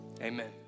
Amen